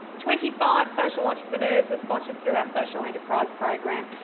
twenty five social entrepreneurs were sponsored through our social enterprise program,